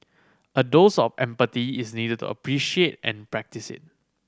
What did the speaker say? a dose of empathy is needed to appreciate and practice it